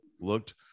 looked